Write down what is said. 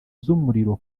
z’umuriro